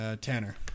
Tanner